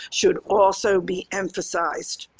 should also be emphasized.